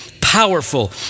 powerful